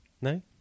No